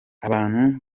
abantu